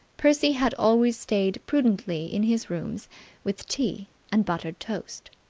percy had always stayed prudently in his rooms with tea and buttered toast,